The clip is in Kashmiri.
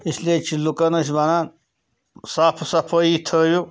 اِسلیے چھِ لُکَن أسۍ وَنان صافہٕ صَفٲیی تھٲیِو